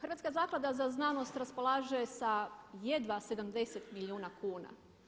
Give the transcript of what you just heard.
Hrvatska zaklada za znanost raspolaže sa jedna 70 milijuna kuna.